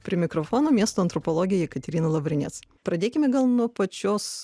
prie mikrofono miesto antropologė jekaterina lavrinec pradėkime gal nuo pačios